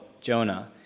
Jonah